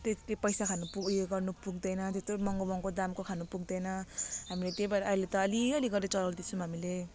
त्यति पैसा खानु पुग ए उयो गर्नु पुग्दैन त्यत्रो महँगो महँगो दामको खानु पुग्दैन हामीले त्यही भएर अहिले त अलिअलि गरेर चलाउँदैछौँ हामीले